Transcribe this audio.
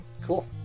cool